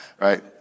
right